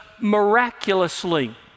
miraculously